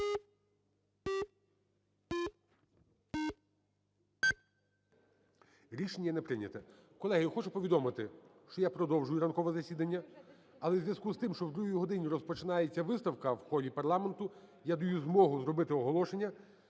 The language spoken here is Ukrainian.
Рішення не прийнято. Колеги, я хочу повідомити, що я продовжую ранкове засідання. Але в зв'язку із тим, що о другій годині розпочинається виставка в холі парламенту, я даю змогу зробити оголошення